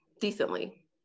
decently